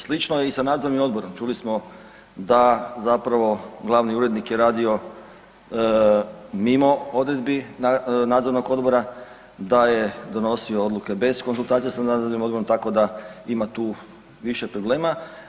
Slično je i sa nadzornim odborom, čuli smo da glavni urednik je radio mimo odredbi nadzornog odbora, da je donosio odluke bez konzultacije sa nadzornim odborom, tako da ima tu više problema.